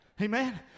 Amen